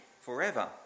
forever